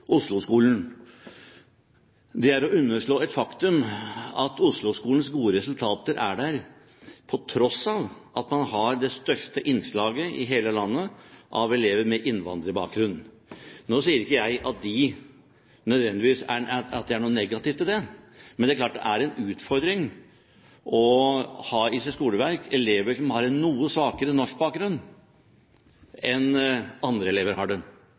Det er å underslå et faktum at Oslo-skolens gode resultater er der på tross av at man har det største innslaget i hele landet av elever med innvandrerbakgrunn. Nå sier ikke jeg at det nødvendigvis er noe negativt i det. Men det er jo klart at det er en utfordring å ha elever i sitt skoleverk som har en noe svakere norskbakgrunn enn andre elever. Det gjelder jo særlig de som har